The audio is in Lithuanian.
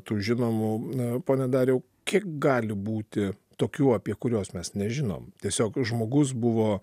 tų žinomų na pone dariau kiek gali būti tokių apie kuriuos mes nežinom tiesiog žmogus buvo